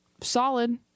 solid